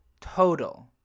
Total